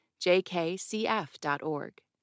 jkcf.org